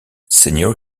senior